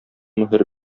мөһер